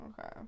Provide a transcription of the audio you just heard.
Okay